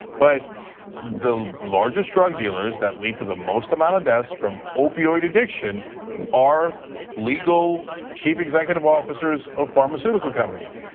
but the largest drug dealers that lead to the most amount of deaths from opioid addiction are legal chief executive officers of pharmaceutical companies.